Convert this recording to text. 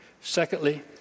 secondly